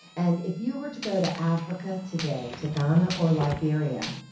and if you were to go to africa today, to ghana or liberia,